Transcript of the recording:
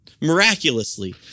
miraculously